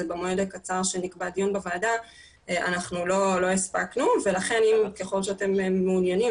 במועד הקצר שנקבע דיון בוועדה אנחנו לא הספקנו ולכן ככל שאתם מעוניינים